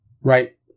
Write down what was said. right